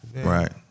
Right